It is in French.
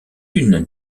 une